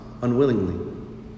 unwillingly